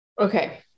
Okay